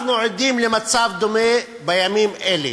אנחנו עדים למצב דומה בימים אלה.